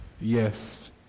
Yes